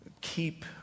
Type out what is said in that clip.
keep